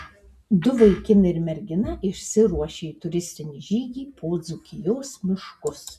du vaikinai ir mergina išsiruošia į turistinį žygį po dzūkijos miškus